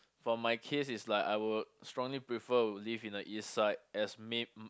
for my case is like I would strongly prefer to live in the east side as may